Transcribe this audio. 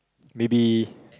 maybe